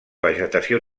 vegetació